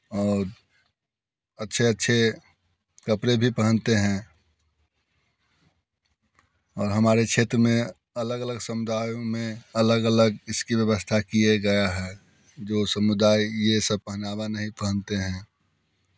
और अच्छे अच्छे कपड़े भी पहनते हैं और हमारे क्षेत्र में अलग अलग समुदायों में अलग अलग इसकी व्यवस्था किए गया है जो समुदाय ये सब पहनावा नहीं पहनते हैं